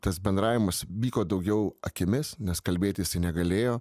tas bendravimas vyko daugiau akimis nes kalbėt jisai negalėjo